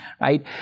Right